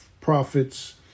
prophets